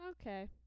Okay